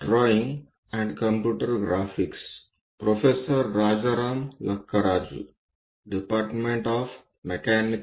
सर्वांना नमस्कार